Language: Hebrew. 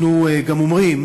אנחנו גם אומרים